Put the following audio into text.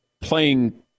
playing